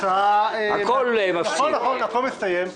נכון, נכון, הכול מסתיים.